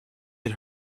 had